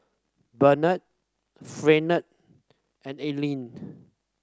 Barnard Fernand and Alline